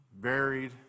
buried